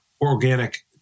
organic